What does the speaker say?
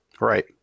Right